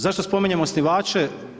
Zašto spominjem osnivače?